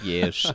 Yes